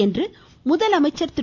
என்று முதலமைச்சர் திரு